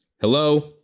Hello